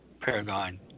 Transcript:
Paragon